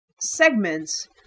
segments